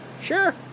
Sure